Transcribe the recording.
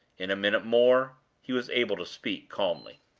in a minute more he was able to speak calmly.